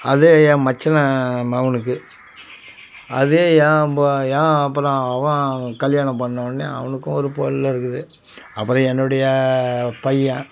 அதே என் மச்சினன் மகனுக்கு அதே அப்புறம் அவன் கல்யாணம் பண்ணவொடனே அவனுக்கும் ஒரு பிள்ள இருக்குது அப்புறம் என்னுடைய பையன்